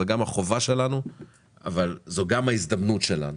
זה גם החובה שלנו אבל זו גם ההזדמנות שלנו.